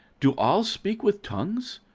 do all speak with tongues?